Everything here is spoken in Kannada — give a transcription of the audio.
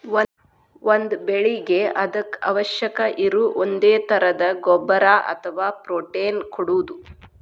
ಒಂದ ಬೆಳಿಗೆ ಅದಕ್ಕ ಅವಶ್ಯಕ ಇರು ಒಂದೇ ತರದ ಗೊಬ್ಬರಾ ಅಥವಾ ಪ್ರೋಟೇನ್ ಕೊಡುದು